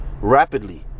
rapidly